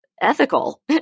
ethical